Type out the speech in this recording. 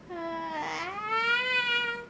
ha ah